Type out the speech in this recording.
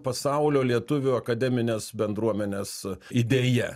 pasaulio lietuvių akademinės bendruomenės idėja